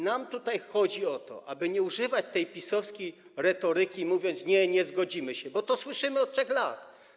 Nam tutaj chodzi o to, aby nie używać tej PiS-owskiej retoryki, nie mówić: nie, nie zgodzimy się, bo to słyszymy od 3 lat.